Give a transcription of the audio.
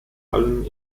allem